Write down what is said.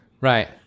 Right